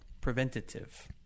preventative